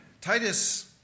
Titus